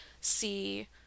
see